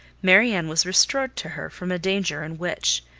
marianne was restored to her from a danger in which,